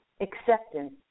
acceptance